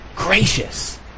gracious